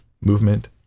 movement